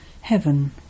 heaven